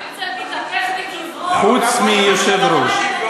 חוץ מהיושב-ראש.